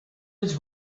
his